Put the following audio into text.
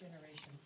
generations